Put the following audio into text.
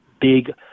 big